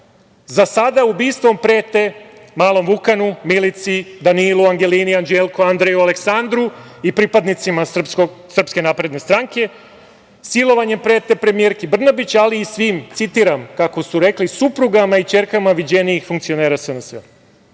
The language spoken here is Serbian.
Za sada ubistvom prete malom Vukanu, Milici, Danilu, Angelini, Anđelku, Andreju, Aleksandru i pripadnicima Srpske napredne stranke. Silovanjem prete premijerki Brnabić ali i svim, citiram, kako su rekli: „suprugama i ćerkama viđenijih funkcionera